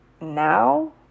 Now